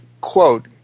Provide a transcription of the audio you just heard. quote